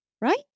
Right